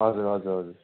हजुर हजुर हजुर